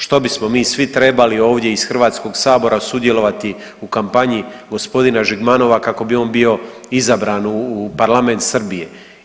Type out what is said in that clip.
Što bismo mi svi trebali ovdje iz HS-a sudjelovati u kampanji g. Žigmanova kako bi on bio izabran u parlament Srbije?